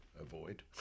avoid